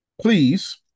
please